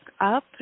up